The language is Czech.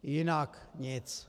Jinak nic.